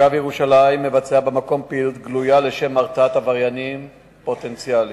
מג"ב ירושלים מבצע במקום פעילות גלויה לשם הרתעת עבריינים פוטנציאליים.